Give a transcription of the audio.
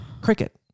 Cricket